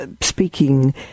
speaking